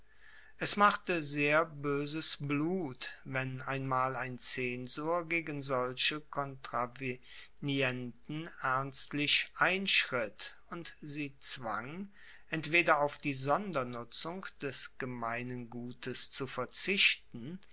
es machte sehr boeses blut wenn einmal ein zensor gegen solche kontravenienten ernstlich einschritt und sie zwang entweder auf die sondernutzung des gemeinen gutes zu verzichten